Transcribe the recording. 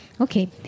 Okay